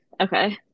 Okay